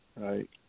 right